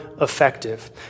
effective